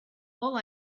all